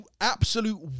absolute